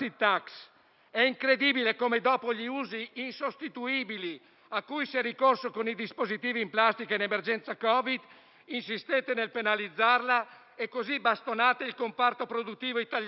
È incredibile come, dopo gli usi insostituibili cui si è ricorso con i dispositivi in plastica in emergenza Covid-19, voi insistiate nel penalizzarla, bastonando così il comparto produttivo italiano.